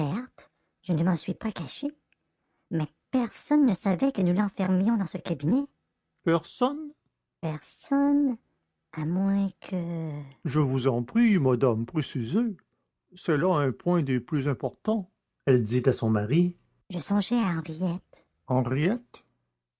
je ne m'en suis pas cachée mais personne ne savait que nous l'enfermions dans ce cabinet personne personne à moins que je vous en prie madame précisez c'est là un point des plus importants elle dit à son mari je songeais à henriette henriette